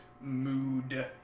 mood